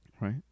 Right